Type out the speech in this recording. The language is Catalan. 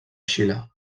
xile